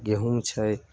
गहुम छै